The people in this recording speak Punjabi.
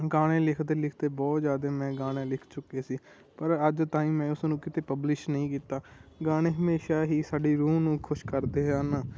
ਗਾਣੇ ਲਿਖਦੇ ਲਿਖਦੇ ਬਹੁਤ ਜ਼ਿਆਦਾ ਮੈਂ ਗਾਣੇ ਲਿਖ ਚੁੱਕੇ ਸੀ ਪਰ ਅੱਜ ਤਾਈਂ ਮੈਂ ਉਸਨੂੰ ਕਿਤੇ ਪਬਲਿਸ਼ ਨਹੀਂ ਕੀਤਾ ਗਾਣੇ ਹਮੇਸ਼ਾ ਹੀ ਸਾਡੀ ਰੂਹ ਨੂੰ ਖੁਸ਼ ਕਰਦੇ ਹਨ